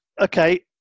Okay